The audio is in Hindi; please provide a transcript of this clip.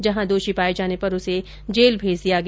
जहां दोषी पाये जाने पर उसे जेल भेज दिया गया